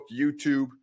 YouTube